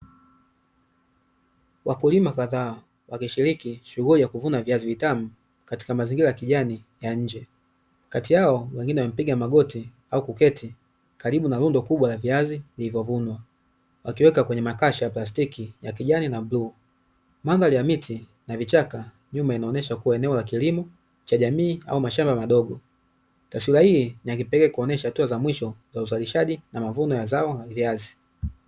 Wakulima kadhaa wakishiriki shughuli ya kuvuna viazi vitamu katika mazingira ya kijani ya nje, kati yao wengine wamepiga magoti au kuketi karibu na rundo kubwa la viazi vilivyovunwa wakiweka kwenye makasha ya plastiki ya kijani na bluu. Mandhari ya miti na vichaka nyuma inaonesha kuwa eneo la kilimo cha jamii au mashamba madogo. Taswira hii ni ya kipekee kuonesha hatua za mwisho, za uzalishaji na mavuno ya zao la viazi.